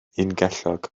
ungellog